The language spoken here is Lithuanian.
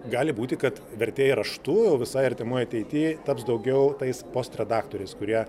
gali būti kad vertėjai raštu jau visai artimoj ateity taps daugiau tais post redaktoriais kurie